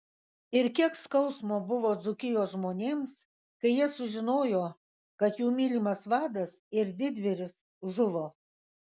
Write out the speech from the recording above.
ir kiek skausmo buvo dzūkijos žmonėms kai jie sužinojo kad jų mylimas vadas ir didvyris žuvo